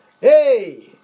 Hey